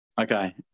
Okay